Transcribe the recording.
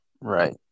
Right